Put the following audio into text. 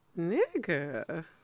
nigga